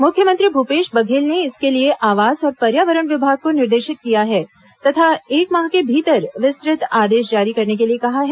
मुख्यमंत्री भूपेश बघेल ने इसके लिए आवास और पर्यावरण विभाग को निर्देशित किया है तथा एक माह के भीतर विस्तृत आदेश जारी करने के लिए कहा है